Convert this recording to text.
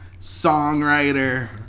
songwriter